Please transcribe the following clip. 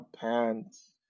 pants